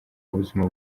ubuzima